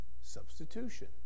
Substitution